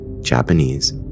Japanese